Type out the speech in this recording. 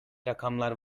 rakamlar